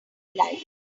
like